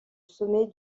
sommet